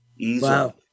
Wow